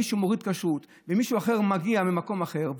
מישהו מוריד כשרות ומישהו אחר מגיע ממקום אחר,